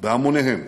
בהמוניהם